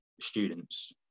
students